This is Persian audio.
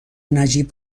نجیب